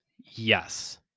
Yes